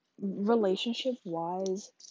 relationship-wise